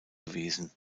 gewesen